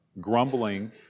grumbling